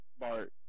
Bart